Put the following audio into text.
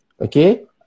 okay